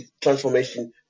transformation